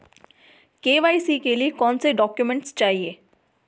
KYC के लिए कौनसे डॉक्यूमेंट चाहिये?